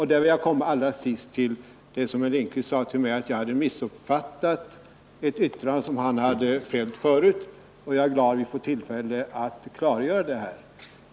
Herr Lindkvist sade att jag hade missuppfattat ett yttrande som han fällt tidigare. Jag är glad att vi nu får tillfälle att klargöra detta.